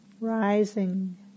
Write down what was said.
rising